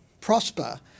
prosper